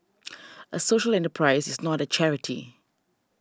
a social enterprise is not a charity